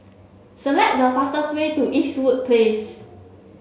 select the fastest way to Eastwood Place